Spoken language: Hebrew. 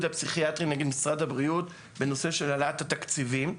הפסיכיאטרים נגד משרד הבריאות בנושא של העלאת התקציבים.